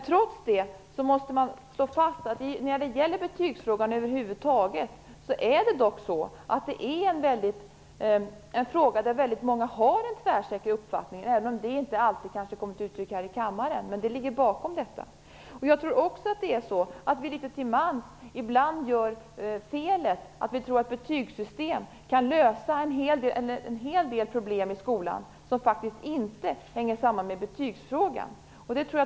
Trots detta måste man slå fast att när det gäller betygsfrågan över huvud taget är det dock så att det är en fråga där många har en tvärsäker uppfattning, även om det inte alltid kommer till uttryck här i kammaren. Jag tror också att vi litet till mans gör det felet att vi tror att ett betygssystem kan lösa en hel del problem i skolan, som faktiskt inte hänger samman med betygsfrågan.